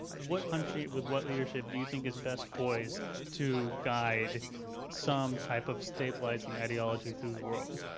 what country, with what leadership do you think is best poised to guide some type of stabilizing ideology through the world?